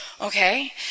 okay